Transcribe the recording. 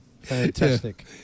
Fantastic